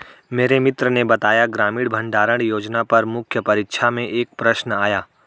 मेरे मित्र ने बताया ग्रामीण भंडारण योजना पर मुख्य परीक्षा में एक प्रश्न आया